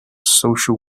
social